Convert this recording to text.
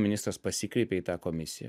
ministras pasikreipė į tą komisiją